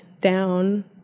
down